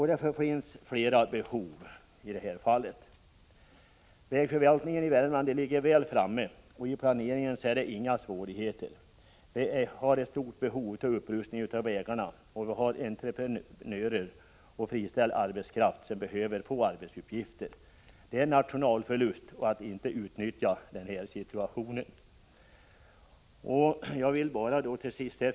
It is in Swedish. Det finns ytterligare behov. Vägförvaltningen i Värmland ligger väl framme. I fråga om planeringen är det inga svårigheter. Vi har ett stort behov av upprustning av vägarna. Men vi har också entreprenörer och friställd arbetskraft som behöver få arbetsuppgifter. Att inte utnyttja den här situationen innebär en nationalförlust.